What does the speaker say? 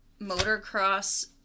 motocross